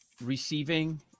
receiving